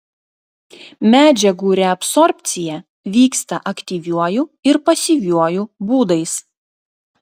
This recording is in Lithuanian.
medžiagų reabsorbcija vyksta aktyviuoju ir pasyviuoju būdais